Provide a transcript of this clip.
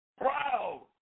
proud